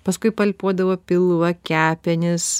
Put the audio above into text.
paskui palpuodavo pilvą kepenis